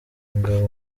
ingabo